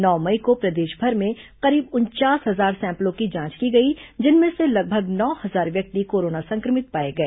नौ मई को प्रदेशभर में करीब उनचास हजार सैंपलों की जांच की गई जिनमें से लगभग नौ हजार व्यक्ति कोरोना संक्रमित पाए गए